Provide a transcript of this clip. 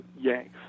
yanks